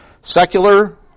secular